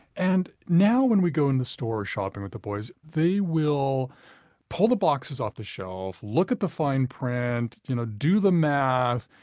and now when we go in the store or shopping with the boys, they will pull the boxes off the shelf, look at the fine print you know do the math.